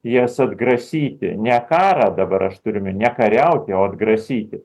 jas atgrasyti ne karą dabar aš turiu omeny ne kariauti o atgrasyti